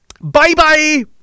Bye-bye